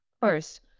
first